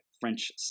French